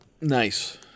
Nice